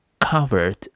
covered